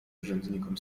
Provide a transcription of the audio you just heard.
urzędnikom